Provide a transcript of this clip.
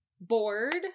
bored